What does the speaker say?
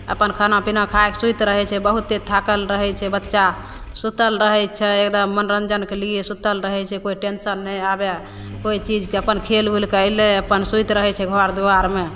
अपन खाना पिना खाके सुति रहै छै बहुते थाकल रहै छै बच्चा सुतल रहै छै एकदम मनोरञ्जनके लिए सुतल रहै छै कोइ टेन्शन नहि आबै कोइ चीजके अपन खेल उलिके अएलै अपन सुति रहै छै घर दुआरमे